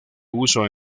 uso